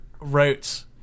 wrote